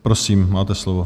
Prosím, máte slovo.